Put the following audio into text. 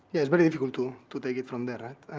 yeah but difficult to to take it from there.